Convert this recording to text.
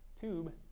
tube